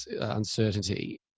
uncertainty